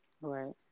Right